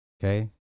Okay